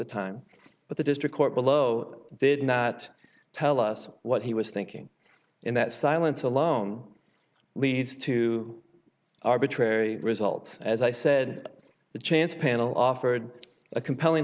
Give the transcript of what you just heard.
the time but the district court below did not tell us what he was thinking in that silence alone leads to arbitrary result as i said the chance panel offered a compelling